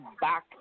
back